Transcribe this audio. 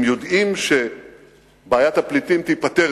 הם יודעים שבעיית הפליטים תיפתר